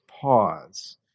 pause